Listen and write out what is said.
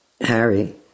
Harry